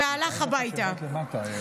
והלך הביתה.